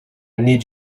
need